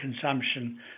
consumption